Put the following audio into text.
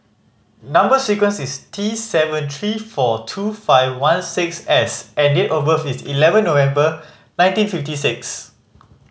number sequence is T seven three four two five one six S and date of birth is eleven November nineteen fifty six